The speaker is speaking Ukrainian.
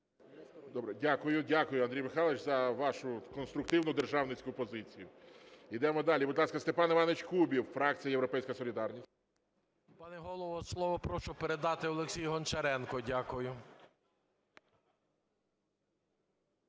Дякую, Андрій Михайлович, за вашу конструктивну державницьку позицію. Йдемо далі. Будь ласка, Степан Іванович Кубів, фракція "Європейська солідарність". 12:50:03 КУБІВ С.І. Пане Голово, слово прошу передати Олексію Гончаренку. Дякую.